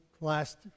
last